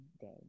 day